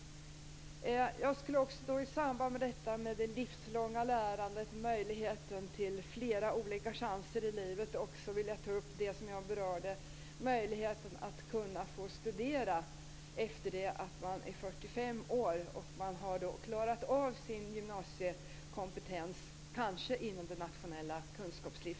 I samband med detta med det livslånga lärandet och möjligheten till flera olika chanser i livet skulle jag också vilja ta upp det som jag tidigare berörde, nämligen möjligheten att få studera efter det att man fyllt 45 år, då man har klarat av sin gymnasiekompetens, kanske inom det nationella kunskapslyftet.